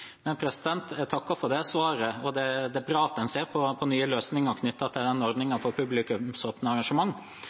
Jeg takker for svaret. Det er bra at en ser på nye løsninger knyttet til den ordningen for